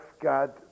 God